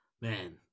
Man